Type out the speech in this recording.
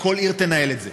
שכל עיר תנהל את זה.